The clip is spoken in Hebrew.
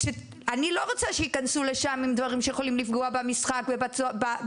אני לא רוצה שיכנסו לשם עם דברים שיכולים לפגוע במשחק ובאחרים,